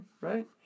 right